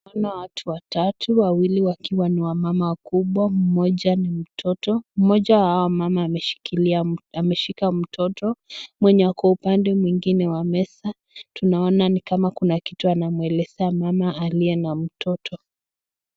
Tunaona watu watatu, wawili wakiwa ni wamama wakubwa ,mmoja ni mtoto, mmoja wa hao wamama ameshika mtoto, mwenye ako upande mwengine wa meza tunaona nikama kuna kitu anamuelezea mama aliye na mtoto.